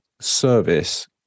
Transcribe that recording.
service